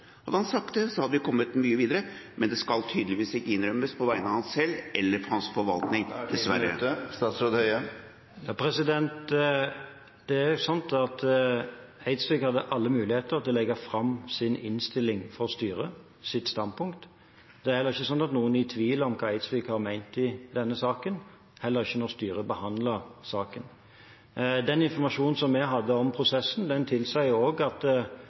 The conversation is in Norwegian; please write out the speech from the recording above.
han sagt det, hadde vi kommet mye videre, men det skal tydeligvis ikke innrømmes, på vegne av ham selv eller hans forvaltning – dessverre. Da er tiden ute. Eidsvik hadde alle muligheter til å legge fram sin innstilling – sitt standpunkt – for styret. Det er heller ingen som er i tvil om hva Eidsvik har ment i denne saken – heller ikke da styret behandlet saken. Den informasjonen vi hadde om prosessen, tilsa også at det var ingen automatikk i at